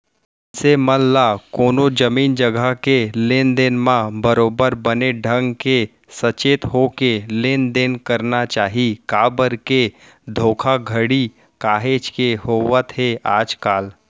मनसे मन ल कोनो जमीन जघा के लेन देन म बरोबर बने ढंग के सचेत होके लेन देन करना चाही काबर के धोखाघड़ी काहेच के होवत हे आजकल